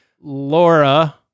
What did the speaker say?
Laura